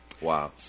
Wow